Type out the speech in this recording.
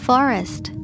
Forest